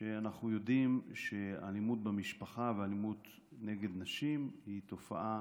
שאנחנו יודעים שאלימות במשפחה ואלימות נגד נשים היא תופעה